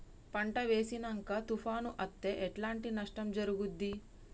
పంట వేసినంక తుఫాను అత్తే ఎట్లాంటి నష్టం జరుగుద్ది?